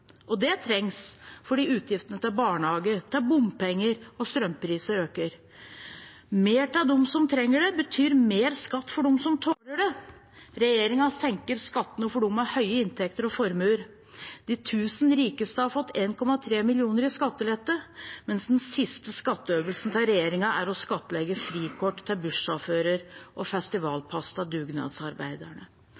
og det trengs, for utgiftene til barnehager, til bompenger og til strømutgifter øker. Mer til dem som trenger det, betyr mer i skatt for dem som tåler det. Regjeringen senker skattene for dem med høye inntekter og formuer. De 1 000 rikeste har fått 1,3 mill. kr i skattelette, mens den siste skatteøvelsen til regjeringen er å skattlegge frikort til bussjåfører og